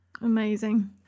Amazing